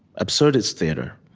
absurdist theater